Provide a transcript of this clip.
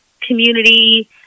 community